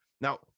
Now